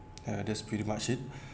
uh that's pretty much it